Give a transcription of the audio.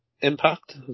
Impact